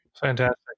Fantastic